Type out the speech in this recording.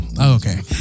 Okay